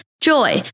JOY